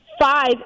five